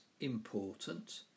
important